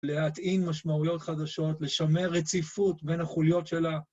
להתאים משמעויות חדשות, לשמר רציפות בין החוליות שלה.